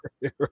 Right